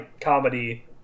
comedy